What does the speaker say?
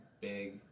big